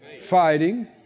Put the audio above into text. Fighting